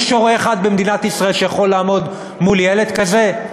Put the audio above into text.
יש הורה אחד במדינת ישראל שיכול לעמוד מול ילד כזה?